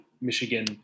Michigan